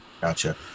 gotcha